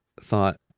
thought